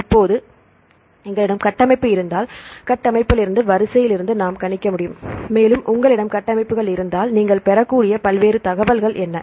இப்போது எங்களிடம் கட்டமைப்பு இருந்தால் கட்டமைப்பிலிருந்து வரிசையிலிருந்து நாம் கணிக்க முடியும் மேலும் உங்களிடம் கட்டமைப்புகள் இருந்தால் நீங்கள் பெறக்கூடிய பல்வேறு தகவல்கள் என்ன